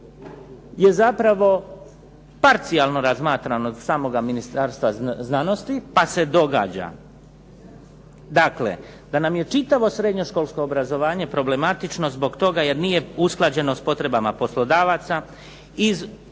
je zapravo parcijalno razmatrano od samoga Ministarstva znanosti, pa se događa dakle da nam je čitavo srednjoškolsko obrazovanje problematično zbog toga jer nije usklađeno s potrebama poslodavaca. Iz